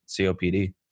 COPD